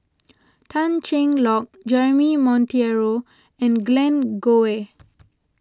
Tan Cheng Lock Jeremy Monteiro and Glen Goei